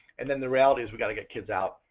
and then the reality is we've got to get kids out,